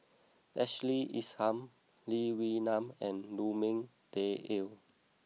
Ashley Isham Lee Wee Nam and Lu Ming Teh Earl